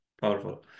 powerful